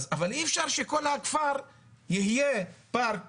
אבל אי אפשר שכל הכפר יהיה פארק